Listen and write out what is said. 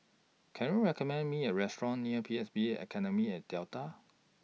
Can YOU recommend Me A Restaurant near P S B Academy At Delta